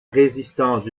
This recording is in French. résistance